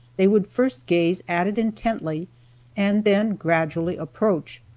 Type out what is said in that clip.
they would first gaze at it intently and then gradually approach.